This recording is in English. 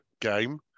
game